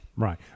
Right